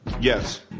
Yes